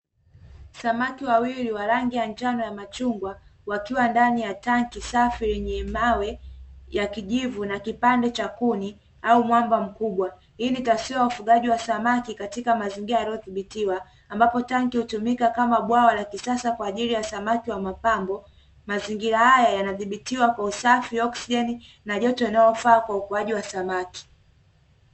Samaki wawili wa rangi ya njano na ya machungwa wakiwa ndani ya tangi safi lenye mawe ya kijivu na kipande cha kuni au mwamba mkubwa, hii ni tafsiri ya ufugaji wa samaki katika mazingira yaliyodhibitiwa ambapo tangi hutumika kama bwawa la kisasa la samaki wa mapambo, mazingira haya yanadhibitiwa kwa usafi, oksijeni na joto linalofaa kwa ufugaji wa samaki.